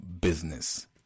business